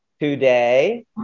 today